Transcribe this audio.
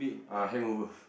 uh hangover